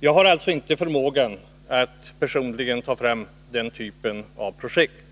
Jag har personligen inte förmågan att ta fram den typen av projekt.